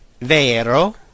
Vero